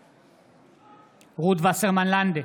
בעד רות וסרמן לנדה,